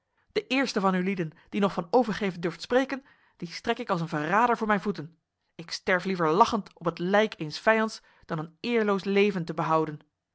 de eerste van ulieden die nog van overgeven durft spreken die strek ik als een verrader voor mijn voeten ik sterf liever lachend op het lijk eens vijands dan een eerloos leven te behouden